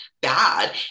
bad